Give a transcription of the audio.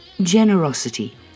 Generosity